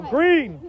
Green